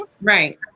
right